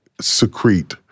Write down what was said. secrete